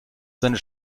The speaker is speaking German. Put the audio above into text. seine